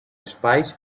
espais